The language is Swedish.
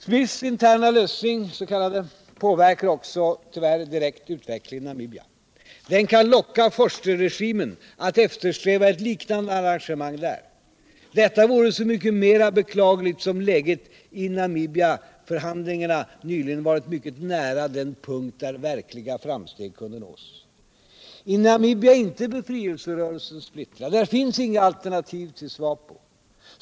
Smiths s.k. interna lösning påverkar också direkt utvecklingen i Namibia. Den kan locka Vorsterregimen att eftersträva ett liknande arrangemang. Detta vore så mycket mera beklagligt som läget i Namibiaförhandlingarna nyligen varit mycket nära den punkt där verkliga framsteg kunde nås. I Namibia är inte befrielserörelsen splittrad; där finns inga alternativ till SWAPO.